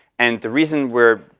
and the reason we're